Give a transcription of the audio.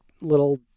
little